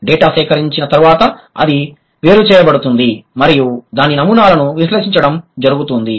data సేకరించిన తర్వాత అది వేరుచేయబడుతుంది మరియు దాని నమూనాలను విశ్లేషించడం జరుగుతుంది